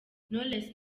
knowless